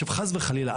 חס וחלילה,